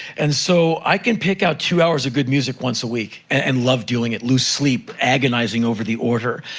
and so, i can pick out two hours of good music once a week and love doing it, lose sleep, agonizing over the order.